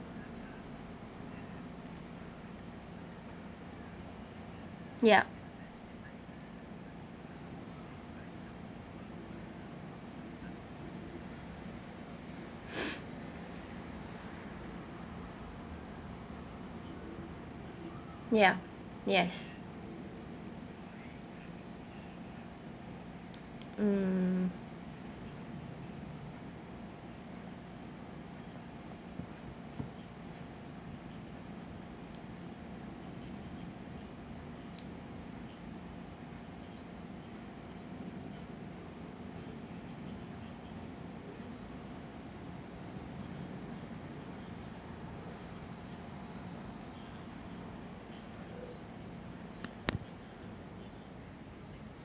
yup ya yes mm